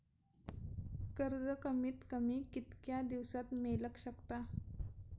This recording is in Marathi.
कर्ज कमीत कमी कितक्या दिवसात मेलक शकता?